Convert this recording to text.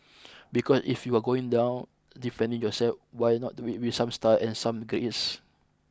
because if you are going down defending yourself why not do it with some style and some grace